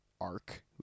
arc